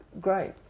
great